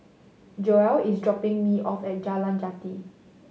Joell is dropping me off at Jalan Jati